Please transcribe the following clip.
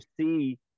see